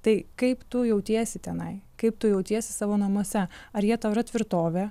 tai kaip tu jautiesi tenai kaip tu jautiesi savo namuose ar jie tau yra tvirtovė